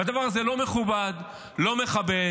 הדבר הזה לא מכובד, לא מכבד.